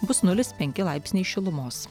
bus nulis penki laipsniai šilumos